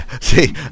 See